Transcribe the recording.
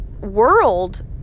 world